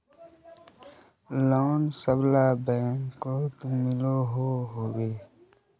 Loan सबला बैंकोत मिलोहो होबे?